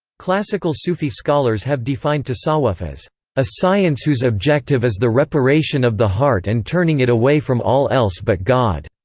classical sufi scholars have defined tasawwuf as a science whose objective is the reparation of the heart and turning it away from all else but god.